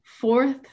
fourth